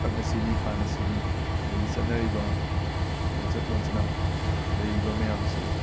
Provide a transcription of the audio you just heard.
ꯊꯛꯅ ꯁꯤꯅꯤ ꯈꯥꯅ ꯁꯤꯅꯤ ꯑꯗꯒꯤ ꯆꯠꯅꯔꯤꯕ ꯂꯣꯟꯆꯠ ꯂꯣꯟꯆꯠꯅ ꯂꯩꯔꯤꯕ ꯃꯌꯥꯝꯁꯦ